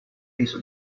days